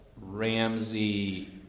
Ramsey